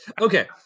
Okay